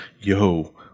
yo